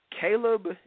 Caleb